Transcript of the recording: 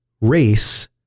race